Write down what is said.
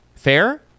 Fair